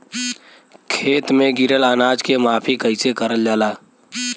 खेत में गिरल अनाज के माफ़ी कईसे करल जाला?